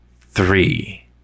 Three